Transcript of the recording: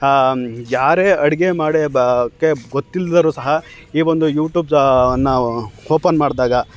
ಯಾರೇ ಅಡುಗೆ ಮಾಡೆ ಬ ಕೆ ಗೊತ್ತಿಲ್ದವ್ರು ಸಹ ಈ ಒಂದು ಯೂಟ್ಯೂಬ್ದಾ ಅನ್ನು ಓಪನ್ ಮಾಡಿದಾಗ